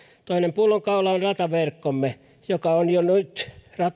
toinen pullonkaula on rataverkkomme joka on jo nyt